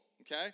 Okay